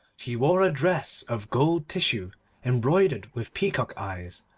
she wore a dress of gold tissue embroidered with peacocks' eyes,